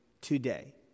today